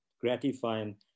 gratifying